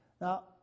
Now